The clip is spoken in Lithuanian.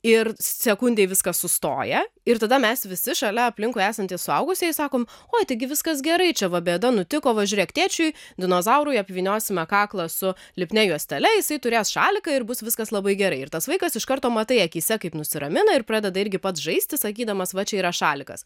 ir sekundei viskas sustoja ir tada mes visi šalia aplinkui esantys suaugusieji sakom oi taigi viskas gerai čia va bėda nutiko va žiūrėk tėčiui dinozaurui apvyniosime kaklą su lipnia juostele jisai turės šaliką ir bus viskas labai gerai ir tas vaikas iš karto matai akyse kaip nusiramina ir pradeda irgi pats žaisti sakydamas va čia yra šalikas